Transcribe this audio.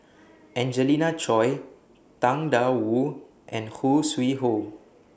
Angelina Choy Tang DA Wu and Khoo Sui Hoe